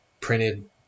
printed